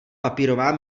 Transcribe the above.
papírová